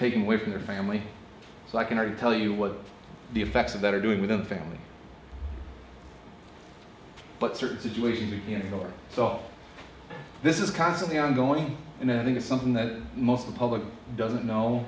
taking away from their family so i can tell you what the effects of that are doing within the family but certain situations to you know are soft this is constantly ongoing and i think it's something that most of the public doesn't know